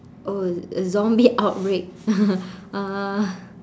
oh a zombie outbreak uh